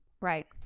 Right